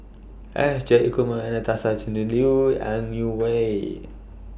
S Jayakumar Anastasia Tjendri Liew and Ang Wei Neng